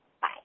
Bye